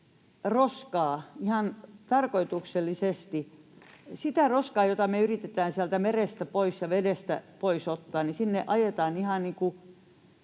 roskaa ihan tarkoituksellisesti. Sitä roskaa, jota me yritetään sieltä merestä ja vedestä pois ottaa, ajetaan sinne ihan